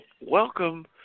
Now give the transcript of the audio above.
welcome